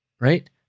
right